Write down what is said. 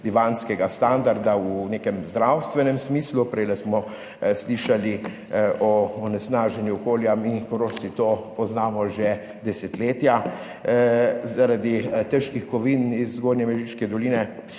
bivanjskega standarda v nekem zdravstvenem smislu. Prej smo slišali o onesnaženju okolja, mi Korošci to poznamo že desetletja zaradi težkih kovin iz Zgornje Mežiške doline,